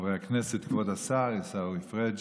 חברי הכנסת, כבוד השר עיסאווי פריג',